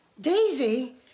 Daisy